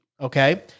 Okay